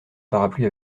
parapluie